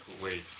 Wait